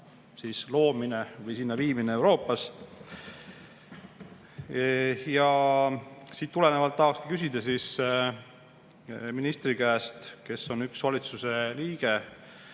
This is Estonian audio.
maa loomine või sinna viimine Euroopas. Siit tulenevalt tahakski küsida ministri käest, kes on üks valitsuse liige,